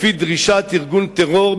לפי דרישת ארגון טרור,